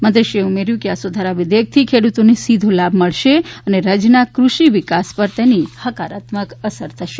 મંત્રીશ્રીએ ઉમેર્યું કે આ સુધારા વિધેયકથી ખેડૂતોને સીધો લાભ મળશે અને રાજ્યના કૃષિ વિકાસ પર તેની હકારાત્મક અસર થશે